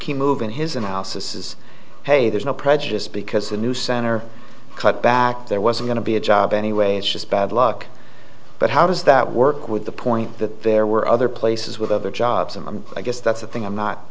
moon moving his analysis is hey there's no prejudice because the new center cut back there was a going to be a job anyway it's just bad luck but how does that work with the point that there were other places with other jobs and i guess that's the thing i'm not